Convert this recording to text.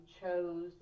chose